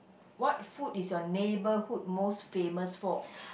what food is your neighbourhood most famous for